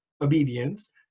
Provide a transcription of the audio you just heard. obedience